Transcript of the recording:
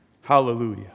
Hallelujah